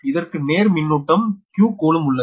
இதற்கு நேர் மின்னூட்டம் q கூலூம்ப் உள்ளது